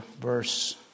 verse